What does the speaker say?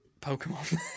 Pokemon